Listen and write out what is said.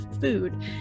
food